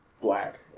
black